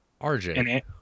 RJ